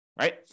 right